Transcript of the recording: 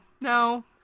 No